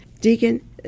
Deacon